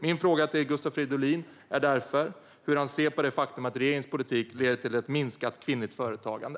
Min fråga till Gustav Fridolin är därför: Hur ser han på det faktum att regeringens politik leder till ett minskat kvinnligt företagande?